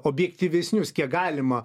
objektyvesnius kiek galima